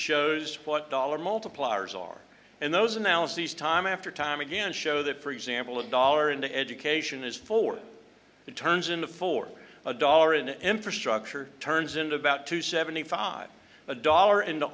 shows what dollar multipliers are and those analyses time after time again show that for example a dollar into education is forward it turns into for a dollar an infrastructure turns into about two seventy five a dollar and the